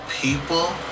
people